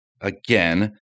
again